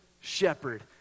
shepherd